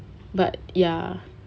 but ya